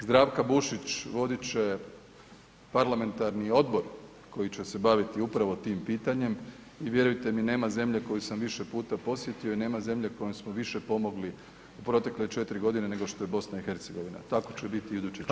Zdravka Bušić vodit će parlamentarni odbor koji će se baviti upravo tim pitanjem i vjerujte mi nema te zemlje koju sam više puta posjetio i nema zemlje kojoj smo više pomogli u protekle četiri godine nego što je BiH, tako će biti i u iduće četiri godine.